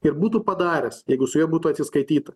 ir būtų padaręs jeigu su juo būtų atsiskaityta